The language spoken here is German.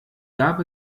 gab